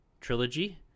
trilogy